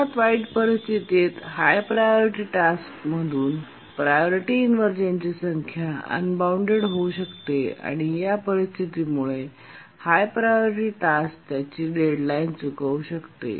सर्वात वाईट परिस्थितीत हाय प्रायोरिटी टास्कतून प्रायोरिटी इनव्हर्जनची संख्या अनबॉऊण्डेड होऊ शकते आणि या परिस्थिती मुळे हाय प्रायोरिटी टास्क त्याची डेड लाईन चुकवू शकते